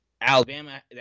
Alabama